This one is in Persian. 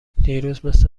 دیروز، مثل